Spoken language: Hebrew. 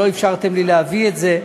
שלא אפשרתם לי להביא את זה.